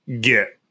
get